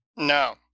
No